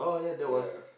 ya